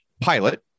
pilot